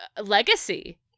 legacy